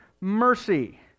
mercy